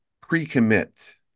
pre-commit